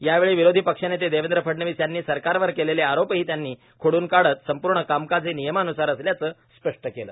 यावेळी विरोधी पक्षनेते देवेंद्र फडणवीस यांनी सरकारवर केलेले आरोपही त्यांनी खोडून काढत संपूर्ण कामकाज हे नियमानुसार असल्याचं स्पट केलं